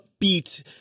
upbeat